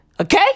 okay